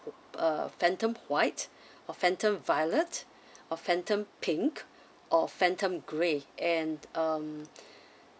uh phantom white or phantom violet or phantom pink or phantom grey and um